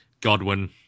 Godwin